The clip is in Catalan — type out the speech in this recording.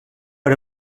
per